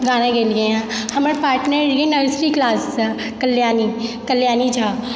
गाने गेलियै हँ हमर पार्टनर रहै नर्सरी क्लाससँ कल्याणी कल्याणी झा